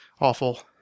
awful